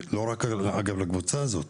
אגב לא רק לקבוצה הזאת.